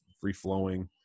free-flowing